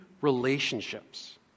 relationships